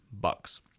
bucks